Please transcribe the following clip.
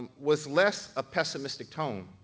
was less a pessimistic tone,